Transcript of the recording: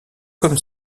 comme